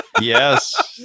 Yes